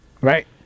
Right